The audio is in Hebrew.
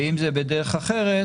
ואם זה בדרך אחרת,